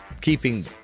keeping